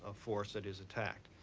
ah force that is attacked.